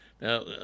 Now